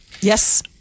yes